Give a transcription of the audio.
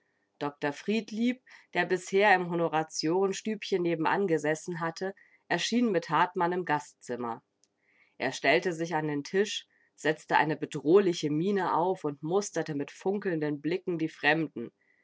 dr friedlieb der bisher im honoratiorenstübchen nebenan gesessen hatte erschien mit hartmann im gastzimmer er stellte sich an den tisch setzte eine bedrohliche miene auf und musterte mit funkelnden blicken die fremden